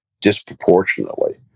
disproportionately